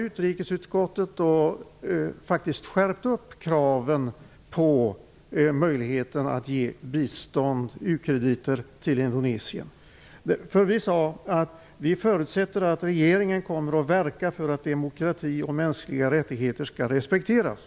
Utrikesutskottet hade faktiskt skärpt kraven på möjligheten att ge bistånd, ukrediter, till Indonesien. Vi sade att vi förutsätter att regeringen kommer att verka för att demokrati och mänskliga rättigheter skall respekteras.